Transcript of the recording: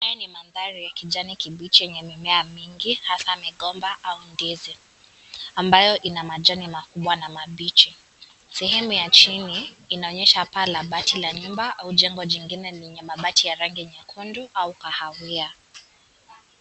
Haya ni mandhari ya kijani kibichi yenye mimea mingi hasa migomba au ndizi ambayo ina majani makubwa na mbichi. Sehemu ya chini inaonyesha paa la bati la nyumba au jengo jingine lenye mabati ya rangi nyekundu au kahawia.